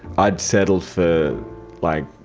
i'd settle for like,